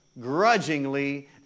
grudgingly